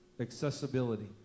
accessibility